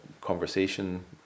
conversation